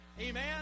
Amen